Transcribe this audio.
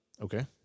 Okay